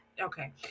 okay